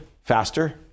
faster